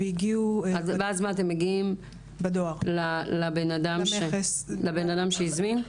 ואז הם מגיעים לבן אדם שהזמין?